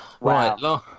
Right